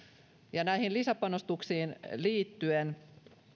näihin lisäpanostuksiin liittyen